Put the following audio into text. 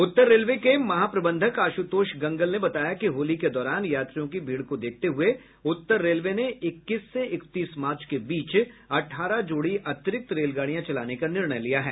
उत्तर railway के महाप्रबंधक आशुतोष गंगल ने बताया कि होली के दौरान यात्रियों की भीड़ को देखते हुए उत्तर रेलवे ने इक्कीस से इकतीस मार्च के बीच अठारह जोड़ी अतिरिक्त रेलगाड़ियां चलाने का निर्णय लिया है